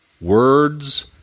words